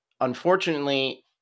unfortunately